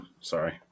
Sorry